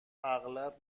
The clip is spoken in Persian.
اغلب